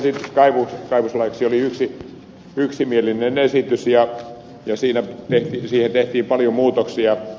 hallituksen esitys kaivoslaiksi oli yksimielinen esitys ja siihen tehtiin paljon muutoksia